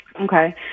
Okay